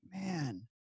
man